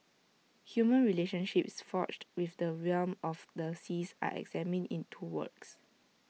human relationships forged within the realm of the seas are examined in two works